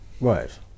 right